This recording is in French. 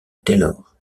taylor